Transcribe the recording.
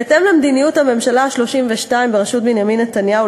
בהתאם למדיניות הממשלה ה-32 בראשות בנימין נתניהו,